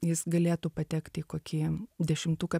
jis galėtų patekti į kokį dešimtuką